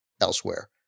elsewhere